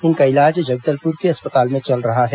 इनका इलाज जगदलपुर के अस्पताल में चल रहा है